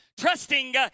Trusting